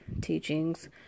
teachings